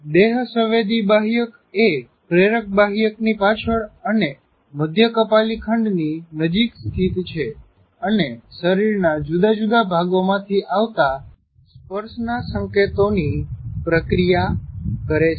દેહસવેદી બાહ્યક એ પ્રેરક બાહ્યક ની પાછળ અને મઘ્ય કપાલી ખંડની નજીક સ્થિત છે અને શરીરના જુદા જુદા ભાગો માંથી આવતા સ્પર્શના સંકેતોની પ્રક્રિયા કરે છે